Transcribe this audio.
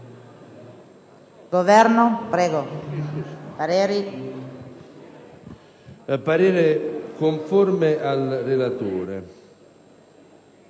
parere conforme al relatore.